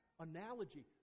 analogy